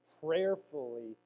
prayerfully